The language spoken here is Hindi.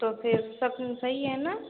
तो फिर सब सही है ना